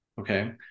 Okay